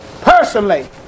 personally